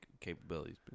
capabilities